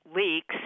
leaks